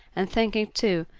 and thinking, too,